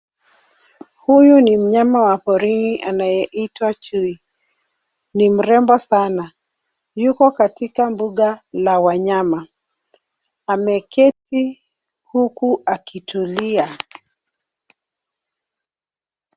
Huyu ni mnyama wa porini anayeitwa chui. Ni mrembo sana. Yuko katika mbuga la wanyama. Ameketi huku akitulia.